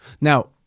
Now